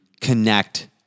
connect